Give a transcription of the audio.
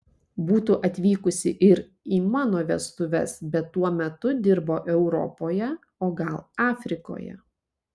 būtų atvykusi ir į mano vestuves bet tuo metu dirbo europoje o gal afrikoje